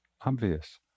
obvious